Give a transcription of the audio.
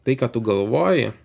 tai ką tu galvoji